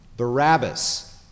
Barabbas